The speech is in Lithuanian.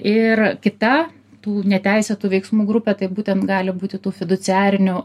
ir kita tų neteisėtų veiksmų grupė tai būtent gali būti tų fiduciarinių